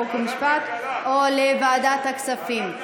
חוק ומשפט או לוועדת הכספים.